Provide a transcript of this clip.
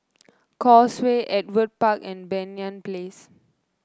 Causeway Ewart Park and Banyan Place